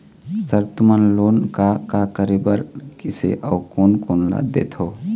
Sir तुमन loan का का करें बर, किसे अउ कोन कोन ला देथों?